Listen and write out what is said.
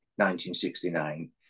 1969